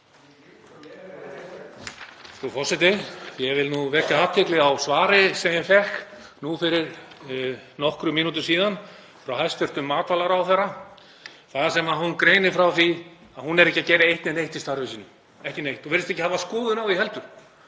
Frú forseti. Ég vil vekja athygli á svari sem ég fékk nú fyrir nokkrum mínútum frá hæstv. matvælaráðherra þar sem hún greinir frá því að hún sé ekki að gera eitt eða neitt í starfi sínu, ekki neitt, og virðist ekki hafa skoðun á því heldur.